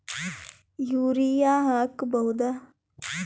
Urea ಹಾಕ್ ಬಹುದ?